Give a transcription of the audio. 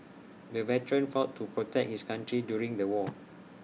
the veteran fought to protect his country during the war